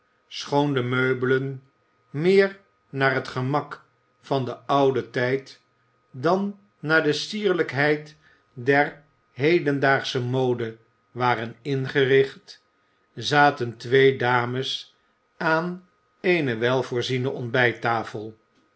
de meubelen meer naar het gemak van den ouden tijd dan naar de sierlijkheid der hedendaagsche mode waren ingericht zaten twee dames aan eene weivoorziene ontbijttafel